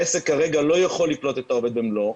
העסק כרגע לא יכול לקלוט את העובד במלואו,